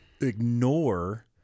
ignore